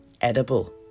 edible